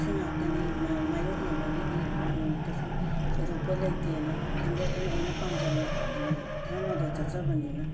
ꯁꯤꯉꯥꯛꯇꯅꯤ ꯃꯥꯌꯣꯛꯅꯕꯒꯤꯗꯤ ꯀꯩꯁꯨ ꯊꯣꯏꯗꯣꯛꯄ ꯂꯩꯇꯦꯅ ꯈꯟꯖꯩ ꯑꯩ ꯑꯩꯅ ꯄꯥꯝꯖꯕ ꯙꯔꯃꯗꯣ ꯆꯠꯆꯕꯅꯤꯅ